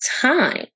time